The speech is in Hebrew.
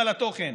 על התוכן.